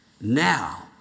now